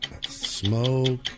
Smoke